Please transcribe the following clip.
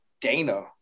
Dana